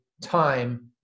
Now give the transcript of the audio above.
time